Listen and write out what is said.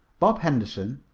bob henderson,